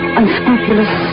unscrupulous